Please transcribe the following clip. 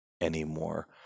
anymore